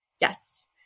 yes